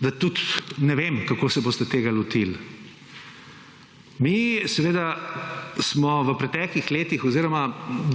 da tudi ne vem kako se boste tega lotili. Mi seveda smo v preteklih letih oziroma